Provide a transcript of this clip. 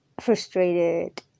frustrated